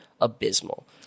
abysmal